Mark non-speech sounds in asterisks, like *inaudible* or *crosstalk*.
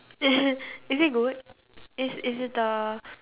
*laughs* is it good is is it the